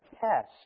test